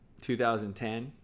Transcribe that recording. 2010